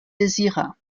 désirat